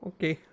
Okay